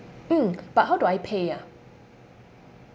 mm but how do I pay ah